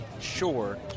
sure